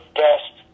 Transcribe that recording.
best